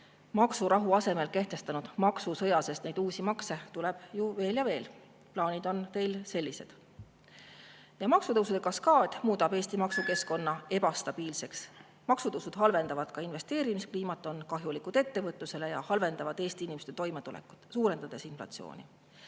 maksurahu asemel kehtestanud juba maksusõja, sest uusi makse tuleb ju veel ja veel. Plaanid on teil sellised. Maksutõusude kaskaad muudab Eesti maksukeskkonna ebastabiilseks, maksutõusud halvendavad ka investeerimiskliimat, on kahjulikud ettevõtlusele ja halvendavad Eesti inimeste toimetulekut, suurendades inflatsiooni.